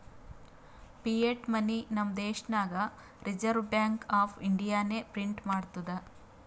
fiat money ನಮ್ ದೇಶನಾಗ್ Reserve Bank of ಇಂಡಿಯಾನೆ ಪ್ರಿಂಟ್ ಮಾಡ್ತುದ್